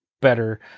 better